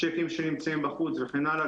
צ'קים שנמצאים בחוץ וכן הלאה,